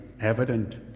evident